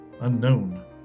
unknown